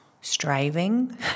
striving